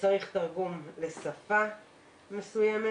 וצריך תרגום לשפה מסוימת.